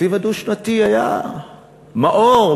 התקציב הדו-שנתי היה מאור,